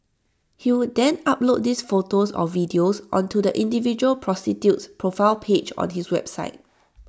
he would then upload these photos or videos onto the individual prostitute's profile page on his website